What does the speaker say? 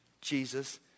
Jesus